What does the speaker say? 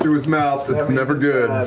to his mouth, it's never good.